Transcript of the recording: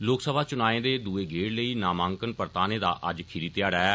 लोकसभा च्नां दे द्ए गेड़ लेई नामांकन परताने दा अज्ज अखीरी ध्याड़ा ऐ